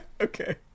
Okay